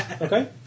Okay